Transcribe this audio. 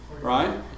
right